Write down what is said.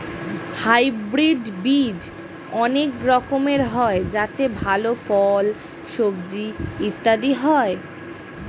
hybrid বীজ অনেক রকমের হয় যাতে ভালো ফল, সবজি ইত্যাদি হয়